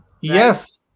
Yes